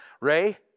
Ray